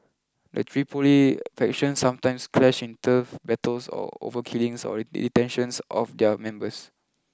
the Tripoli factions sometimes clash in turf battles or over killings or the detentions of their members